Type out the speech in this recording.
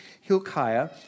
Hilkiah